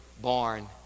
born